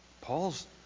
Paul's